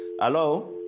Hello